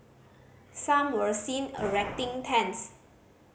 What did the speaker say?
some were seen erecting tents